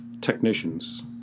technicians